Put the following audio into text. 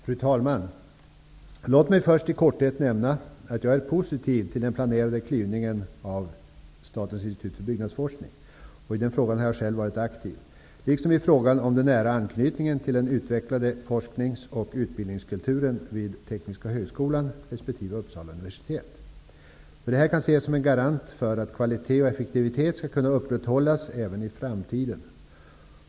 Fru talman! Låt mig först i korthet nämna att jag är positiv till den planerade klyvningen av Statens institut för byggnadsforskning -- i denna fråga har jag själv varit aktiv -- liksom i frågan om den nära anknytningen till den utvecklade forsknings och utbildningskulturen vid Tekniska högskolan resp. Detta kan ses som en garanti för att kvalitet och effektivitet skall kunna upprätthållas även i framtiden.